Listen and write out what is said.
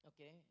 okay